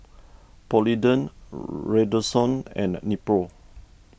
Polident Redoxon and Nepro